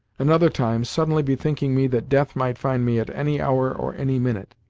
another time, suddenly bethinking me that death might find me at any hour or any minute,